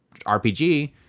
RPG